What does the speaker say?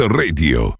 radio